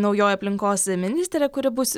naujoji aplinkos ministrė kuri bus